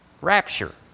rapture